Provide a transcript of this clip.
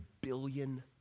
billion